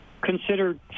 considered